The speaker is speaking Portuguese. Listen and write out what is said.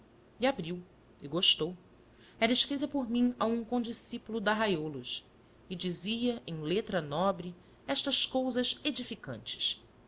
e abriu e gostou era escrita por mim a um condiscípulo de arraiolos e dizia em letra nobre estas cousas edificantes